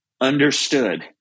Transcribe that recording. understood